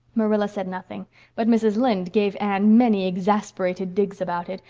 marilla said nothing but mrs. lynde gave anne many exasperated digs about it,